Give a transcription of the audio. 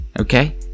Okay